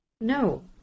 no